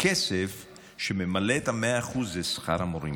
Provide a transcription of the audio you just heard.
הכסף שממלא את ה-100% זה שכר המורים.